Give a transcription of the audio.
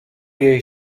jej